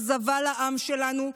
אכזבה לעם שלנו,